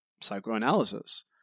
psychoanalysis